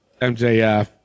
MJF